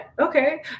Okay